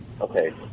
Okay